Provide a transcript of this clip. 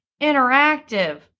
interactive